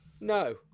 No